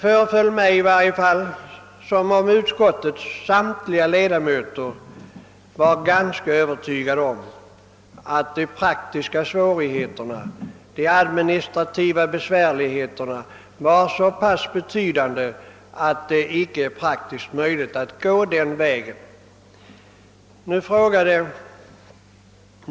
I varje fall föreföll det mig som om utskottets samtliga ledamöter var ganska övertygade om att de praktiska svårigheterna och de administrativa besvärligheterna var så betydande, att det inte är möjligt att välja den föreslagna lösningen.